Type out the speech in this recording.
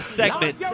segment